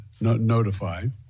notified